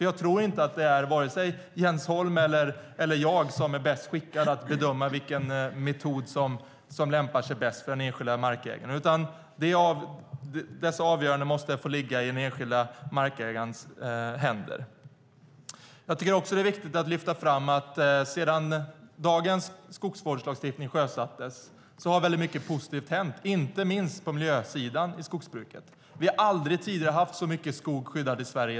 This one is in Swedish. Jag tror inte att vare sig Jens Holm eller jag är bäst skickad att bedöma vilken metod som lämpar sig bäst för den enskilda markägaren. Dessa avgöranden måste få ligga i den enskilda markägarens händer. Sedan dagens skogsvårdslagstiftning sjösattes har mycket positivt hänt i skogsbruket, inte minst på miljösidan. Vi har aldrig tidigare haft så mycket skog skyddad i Sverige.